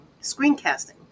screencasting